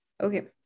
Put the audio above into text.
Okay